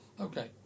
okay